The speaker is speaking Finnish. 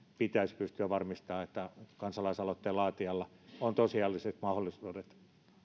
pitäisi pystyä varmistamaan että kansalaisaloitteen laatijalla on tosiasialliset mahdollisuudet